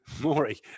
Maury